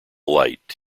light